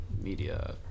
media